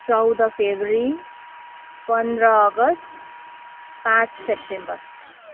चौध फरवरी पन्ध्र अगस्ट पाँच सेप्टेम्बर